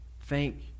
Thank